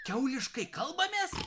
kiauliškai kalbamės